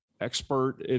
expert